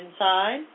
inside